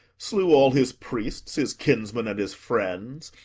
slew all his priests, his kinsmen, and his friends,